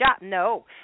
No